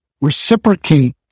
reciprocate